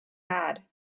had